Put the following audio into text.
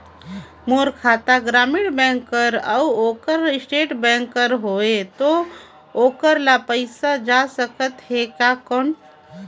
मोर खाता ग्रामीण बैंक कर अउ ओकर स्टेट बैंक कर हावेय तो ओकर ला पइसा जा सकत हे कौन?